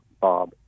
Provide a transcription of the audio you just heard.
Bob